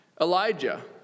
Elijah